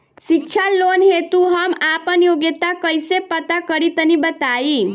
शिक्षा लोन हेतु हम आपन योग्यता कइसे पता करि तनि बताई?